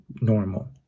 normal